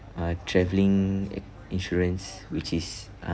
uh travelling ac~ insurance which is uh